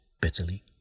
bitterly